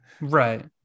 Right